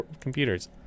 computers